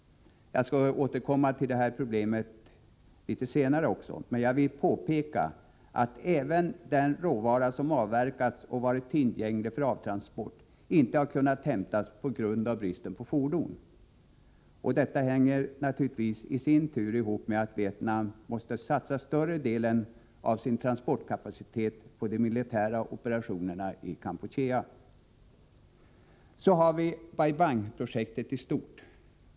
Jag skall återkomma till det problemet senare, men jag vill påpeka att även sådan råvara som avverkats och varit tillgänglig för avtransport inte har kunnat hämtas på grund av bristen på fordon. Detta hänger naturligtvis i sin tur ihop med att Vietnam måste satsa större delen av sin transportkapacitet på de militära operationerna i Kampuchea. Så har vi Bai Bang-projektet i stort.